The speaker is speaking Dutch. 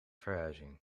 verhuizing